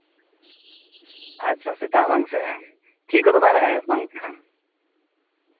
ᱟᱪᱪᱷᱟ ᱥᱮᱛᱟᱜ ᱵᱟᱝ ᱥᱮ ᱯᱷᱤ ᱠᱚᱫᱚ ᱵᱟᱭ ᱞᱟᱜᱟᱜᱼᱟ ᱵᱟᱝᱠᱷᱟᱱ